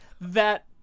that-